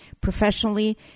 Professionally